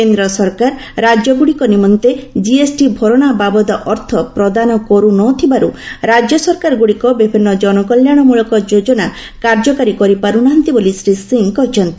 କେନ୍ଦ୍ର ସରକାର ରାଜ୍ୟଗୁଡିକ ନିମନ୍ତେ ଜିଏସଟି ଭରଣା ବାବଦ ଅର୍ଥ ପ୍ରଦାନ କରୁ ନ ଥିବାରୁ ରାଜ୍ୟ ସରକାରଗୁଡିକ ବିଭିନ୍ନ ଜନକଲ୍ୟାଣମୂଳକ ଯୋଜନା କାର୍ଯ୍ୟକାରୀ କରିପାରୁନାହାନ୍ତି ବୋଲି ଶ୍ରୀ ସିଂହ କହିଛନ୍ତି